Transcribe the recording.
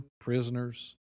prisoners